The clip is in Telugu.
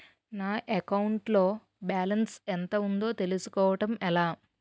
నా అకౌంట్ లో బాలన్స్ ఎంత ఉందో తెలుసుకోవటం ఎలా?